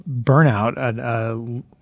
burnout